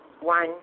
One